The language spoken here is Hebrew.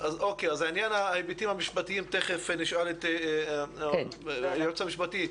בעניין ההיבטים המשפטיים תכף נשאל את היועצת המשפטית,